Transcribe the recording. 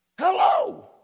Hello